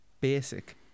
basic